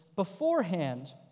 beforehand